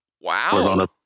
wow